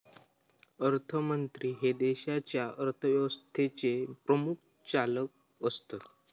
अर्थमंत्री हे देशाच्या अर्थव्यवस्थेचे प्रमुख चालक असतत